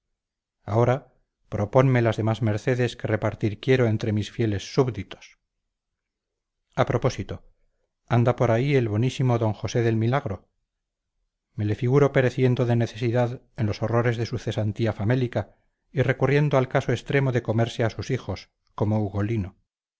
ahora proponme las demás mercedes que repartir quiero entre mis fieles súbditos a propósito anda por ahí el bonísimo d josé del milagro me le figuro pereciendo de necesidad en los horrores de su cesantía famélica y recurriendo al caso extremo de comerse a sus hijos como ugolino lo